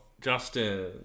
Justin